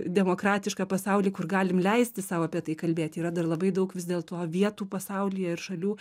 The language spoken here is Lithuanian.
demokratišką pasaulį kur galim leisti sau apie tai kalbėti yra dar labai daug vis dėlto vietų pasaulyje ir šalių